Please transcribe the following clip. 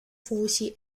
fusi